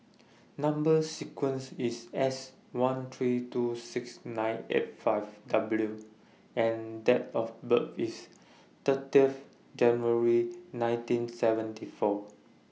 Number sequence IS S one three two six nine eight five W and Date of birth IS thirtieth January nineteen seventy four